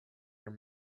your